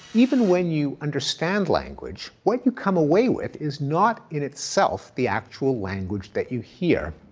even when you understand language, what you come away with is not in itself the actual language that you hear.